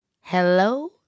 Hello